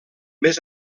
més